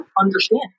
understand